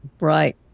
right